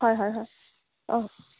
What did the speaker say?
হয় হয় হয় অঁ